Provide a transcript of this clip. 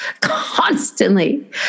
constantly